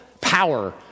power